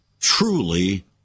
truly